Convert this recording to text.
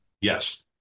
Yes